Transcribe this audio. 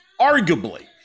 arguably